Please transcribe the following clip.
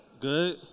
good